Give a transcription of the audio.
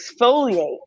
exfoliate